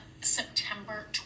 September